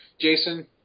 Jason